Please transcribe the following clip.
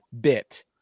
bit